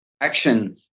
action